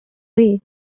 way